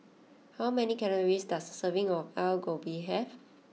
how many calories does a serving of Alu Gobi have